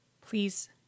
Please